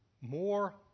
more